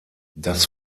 das